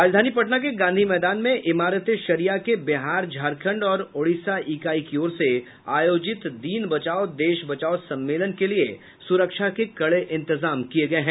राजधानी पटना के गांधी मैदान में इमारत ए शरिया के बिहार झारखण्ड और ओडिशा ईकाई की ओर से आयोजित दीन बचाओ देश बचाओ सम्मेलन के लिये सुरक्षा के कड़े इंतजाम किये गये हैं